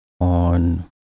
on